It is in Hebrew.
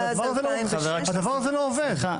והדבר הזה לא עובד.